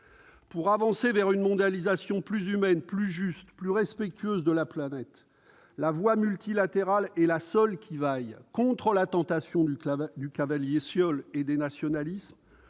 Pour avancer vers une mondialisation plus humaine, plus juste, plus respectueuse de la planète, la voie multilatérale est la seule qui vaille, contre la tentation du cavalier seul et des nationalismes